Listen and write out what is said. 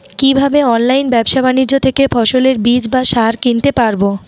কীভাবে অনলাইন ব্যাবসা বাণিজ্য থেকে ফসলের বীজ বা সার কিনতে পারবো?